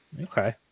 Okay